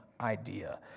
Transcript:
idea